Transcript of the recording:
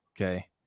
okay